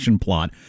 Plot